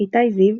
איתי זיו,